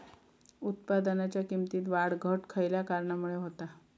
उत्पादनाच्या किमतीत वाढ घट खयल्या कारणामुळे होता?